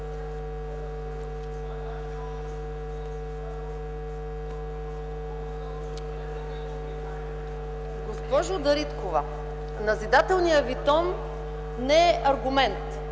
Госпожо Дариткова, назидателният Ви тон не е аргумент.